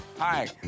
Hi